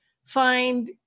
find